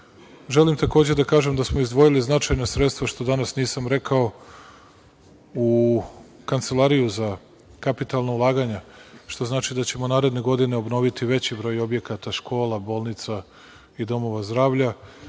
takođe da kažem da smo izdvojili značajna sredstva, što danas nisam rekao, u kancelariju za kapitalna ulaganja, što znači da ćemo naredne godine obnoviti veći broj objekata, škola, bolnica i domova zdravlja.